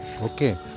Okay